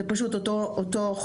זה פשוט אותו חומר,